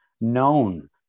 known